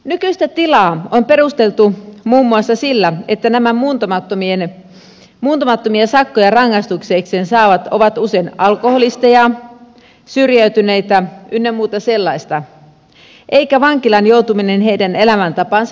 nykyistä tilaa on perusteltu muun muassa sillä että nämä muuntamattomat sakot rangaistuksekseen saavat ovat usein alkoholisteja syrjäytyneitä ynnä muuta sellaista eikä vankilaan joutuminen heidän elämäntapaansa muuta